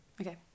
Okay